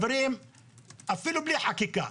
אפילו בלי חקיקה,